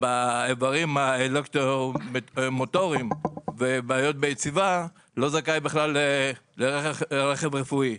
באיברים האלקטרומוטוריים ובעיות ביציבה לא זכאי בכלל לרכב רפואי.